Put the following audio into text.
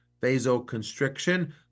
vasoconstriction